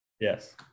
Yes